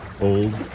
old